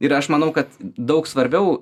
ir aš manau kad daug svarbiau